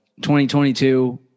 2022